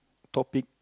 topic